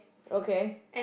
okay